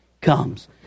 comes